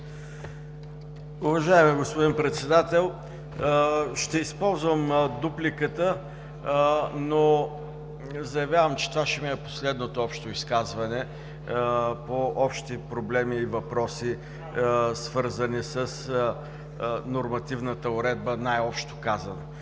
Уважаеми господин Председател, ще използвам дупликата, но заявявам, че това ще ми е последното общо изказване по общи проблеми и въпроси, свързани с нормативната уредба, най-общо казано.